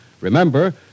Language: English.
Remember